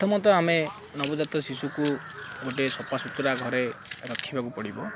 ପ୍ରଥମତଃ ଆମେ ନବଜାତ ଶିଶୁକୁ ଗୋଟେ ସଫା ସୁତୁରା ଘରେ ରଖିବାକୁ ପଡ଼ିବ